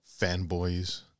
Fanboys